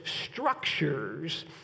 structures